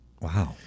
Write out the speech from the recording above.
Wow